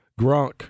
Gronk